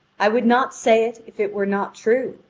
i would not say it if it were not true.